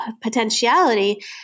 potentiality